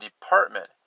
department